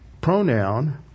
pronoun